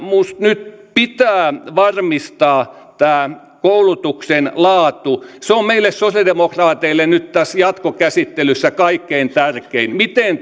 nyt pitää varmistaa tämä koulutuksen laatu se on meille sosiaalidemokraateille nyt tässä jatkokäsittelyssä kaikkein tärkein miten